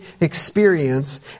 experience